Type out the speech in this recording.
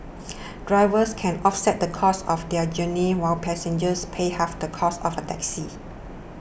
drivers can offset the cost of their journey while passengers pay half the cost of a taxi